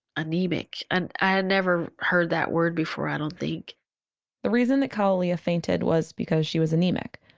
anemic? and i had never heard that word before, i don't think the reason that kalalea fainted was because she was anemic.